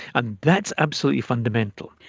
and that's absolutely fundamental.